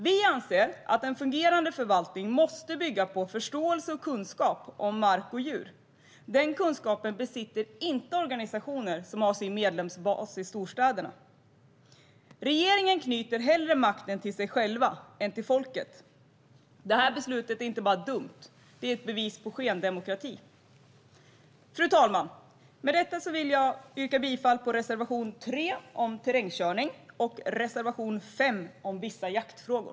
Vi anser att en fungerande förvaltning måste bygga på förståelse och kunskap om mark och djur. Den kunskapen besitter inte organisationer som har sin medlemsbas i storstäderna. Regeringen knyter hellre makten till sig själv än till folket. Det här beslutet är inte bara dumt, utan det är ett bevis på skendemokrati. Fru talman! Med detta vill jag yrka bifall till reservation 3 om terrängkörning och reservation 5 om vissa jaktfrågor.